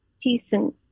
decent